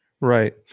Right